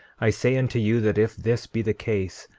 i say unto you that if this be the case,